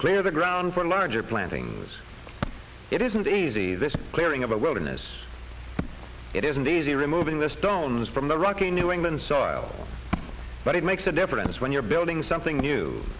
clear the ground for larger planting it isn't easy this clearing of a wilderness it isn't easy removing the stones from the rocky new england soil but it makes a difference when you're building something new